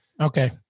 Okay